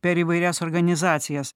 per įvairias organizacijas